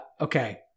Okay